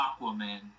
Aquaman